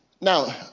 Now